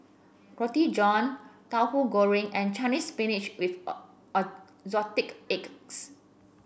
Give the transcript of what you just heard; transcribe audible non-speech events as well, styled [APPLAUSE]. Roti John Tahu Goreng and Chinese Spinach with [UNINTELLIGIBLE] Assorted Eggs